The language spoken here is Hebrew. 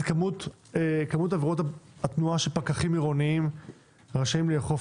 כמות עבירות התנועה שפקחים עירוניים רשאים לאכוף